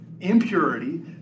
impurity